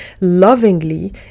lovingly